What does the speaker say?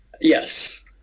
Yes